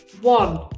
one